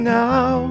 now